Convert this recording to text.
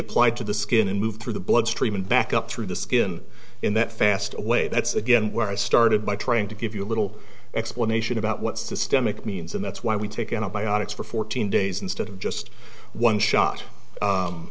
applied to the skin and move through the bloodstream and back up through the skin in that fast way that's again where i started by trying to give you a little explanation about what's the stomach means and that's why we take antibiotics for fourteen days instead of just one shot